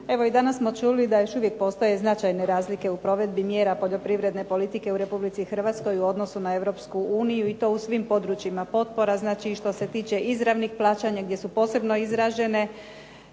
Evo i danas smo čuli da još uvijek postoje značajne razlike u provedbi mjera poljoprivredne politike u Republici Hrvatskoj u odnosu na Europsku uniju i to u svim područjima potpora. Znači, i što se tiče izravnih plaćanja gdje su posebno izražene